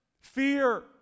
fear